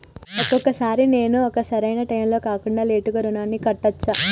ఒక్కొక సారి నేను ఒక సరైనా టైంలో కాకుండా లేటుగా రుణాన్ని కట్టచ్చా?